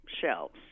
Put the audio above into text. shelves